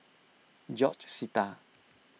George Sita